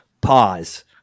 pause